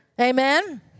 Amen